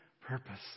purpose